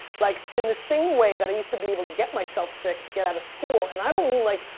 like in the same way that i used to be able to get myself sick to get out of school, and i don't mean like,